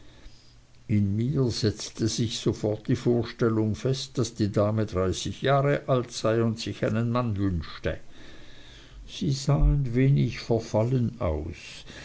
in mir setzte sich sofort die vorstellung fest daß die dame dreißig jahre alt sei und sich einen mann wünsche sie sah ein wenig verfallen aus